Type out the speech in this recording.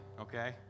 okay